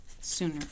sooner